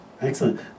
Excellent